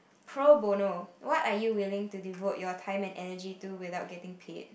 pro bono what are you willing to devote your time and energy to without getting paid